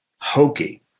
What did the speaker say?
hokey